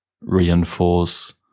reinforce